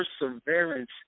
perseverance